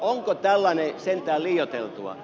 onko tällainen sentään liioiteltua